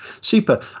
Super